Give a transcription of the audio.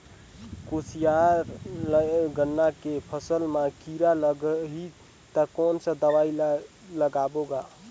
कोशियार या गन्ना के फसल मा कीरा लगही ता कौन सा दवाई ला लगाबो गा?